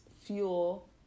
fuel